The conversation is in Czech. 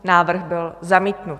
Návrh byl zamítnut.